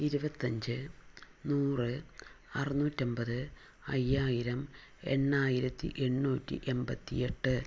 ഇരുപത്തഞ്ച് നൂറ് അറുനൂറ്റമ്പത് അയ്യായിരം എണ്ണായിരത്തി എണ്ണൂറ്റി എൺപത്തി എട്ട്